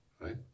right